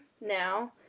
now